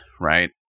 right